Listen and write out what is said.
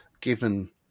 given